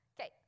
Okay